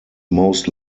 most